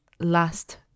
Last